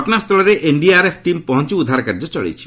ଘଟଣାସ୍ଥଳରେ NDRF team ପହଞ୍ଚ ଉଦ୍ଧାର କାର୍ଯ୍ୟ ଚଳାଇଛି